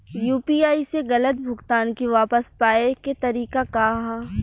UPI से गलत भुगतान के वापस पाये के तरीका का ह?